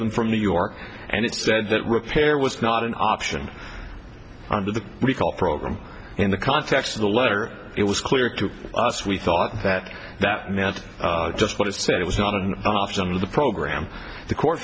them from new york and it said that repair was not an option on the recall program in the context of the letter it was clear to us we thought that that meant just what it said it was not and some of the program the court